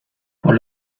por